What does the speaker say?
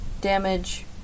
Damage